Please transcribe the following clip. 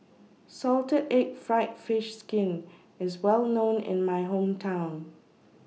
Salted Egg Fried Fish Skin IS Well known in My Hometown